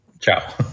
ciao